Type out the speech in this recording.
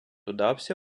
удався